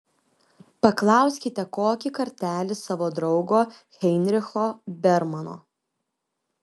paklauskite kokį kartelį savo draugo heinricho bermano